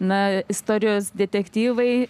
na istorijos detektyvai